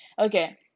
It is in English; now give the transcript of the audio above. okay